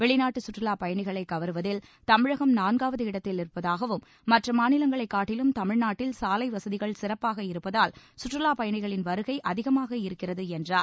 வெளிநாட்டு சுற்றுலாப் பயணிகளை கவருவதில் தமிழகம் நான்காவது இடத்தில் இருப்பதாகவும் மற்ற மாநிலங்களைக் காட்டிலும் தமிழ்நாட்டில் சாலை வசதிகள் சிறப்பாக இருப்பதால் சுற்றுவாப் பயணிகளின் வருகை அதிகமாக இருக்கிறது என்றார்